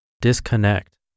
disconnect